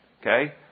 Okay